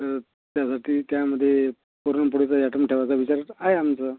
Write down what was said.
तर त्यासाठी त्यामध्ये पुरणपोळीचा आयटम ठेवायचा विचार आहे आमचा